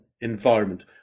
environment